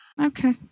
okay